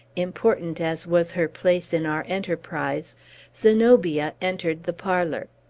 important as was her place in our enterprise zenobia entered the parlor.